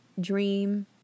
dream